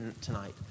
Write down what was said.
tonight